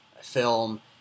film